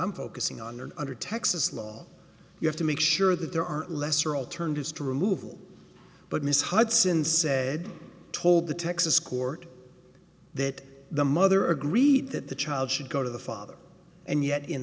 i'm focusing on or under texas law you have to make sure that there are lesser alternatives to removal but miss hudson said told the texas court that the mother agreed that the child should go to the father and yet in